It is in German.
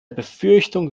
befürchtung